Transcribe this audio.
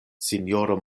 sinjoro